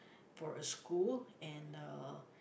for a school and uh